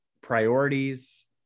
priorities